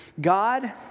God